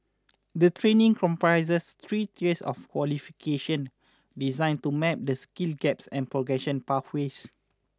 the training comprises three tiers of qualification designed to map the skills gaps and progression pathways